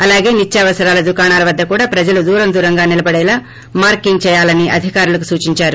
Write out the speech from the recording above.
అలాగే నిత్యావసరాల దుకాణాల వద్ద కూడా ప్రజలు దూరం దూరంగా నిలబడేలా మార్కింగ్ చేయాలని అధికారులకు సూచిందారు